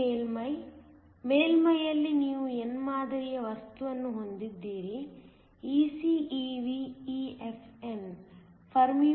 ಇದು ಮೇಲ್ಮೈ ಮೇಲ್ಮೈಯಲ್ಲಿ ನೀವು n ಮಾದರಿಯ ವಸ್ತುವನ್ನು ಹೊಂದಿದ್ದೀರಿ EC EV EFn